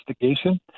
investigation